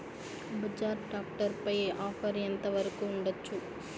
Bajaj tractor పై offer ఎంత వరకు ఉండచ్చు?